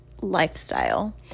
lifestyle